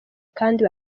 kandi